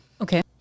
Okay